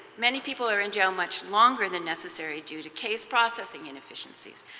many people are in jail much longer than necessary due to case processing inefficiencies.